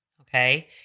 okay